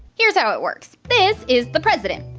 here's how it works. this is the president.